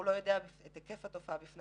כדי